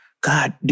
God